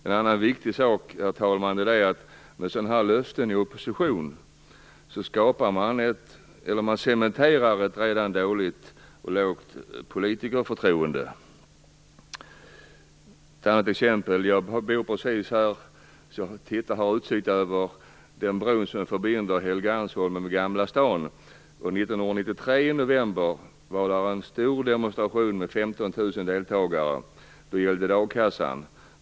En annan viktig sak är att man cementerar ett redan dåligt politikerförtroende med sådana löften i opposition. Jag har ett annat exempel också. Jag bor precis så att jag har utsikt över den bro som förbinder Helgeandsholmen med Gamla stan. År 1993 i november var där en stor demonstration med 15 000 deltagare. Då gällde det a-kassan.